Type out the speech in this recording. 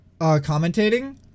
commentating